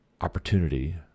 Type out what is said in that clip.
opportunity